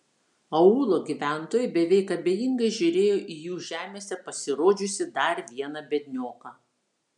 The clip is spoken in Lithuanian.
aūlo gyventojai beveik abejingai žiūrėjo į jų žemėse pasirodžiusį dar vieną biednioką